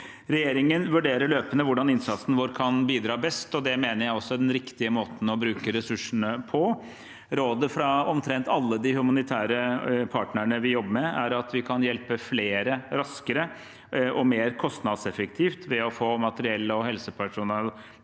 Regjeringen vurderer løpende hvordan innsatsen vår kan bidra best, og det mener jeg også er den riktige måten å bruke ressursene på. Rådet fra omtrent alle de humanitære partnerne vi jobber med, er at vi kan hjelpe flere raskere og mer kostnadseffektivt ved å få materiell og helsepersonell